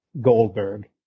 Goldberg